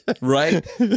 Right